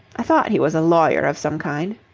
i thought he was a lawyer of some kind.